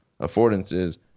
affordances